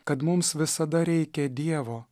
kad mums visada reikia dievo